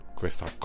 questa